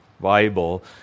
Bible